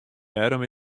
dêrom